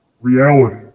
reality